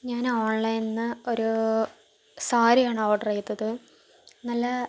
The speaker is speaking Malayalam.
ഞാൻ ഓൺലൈനിൽ നിന്ന് ഒരു സാരിയാണ് ഓഡറെയ്തത് നല്ല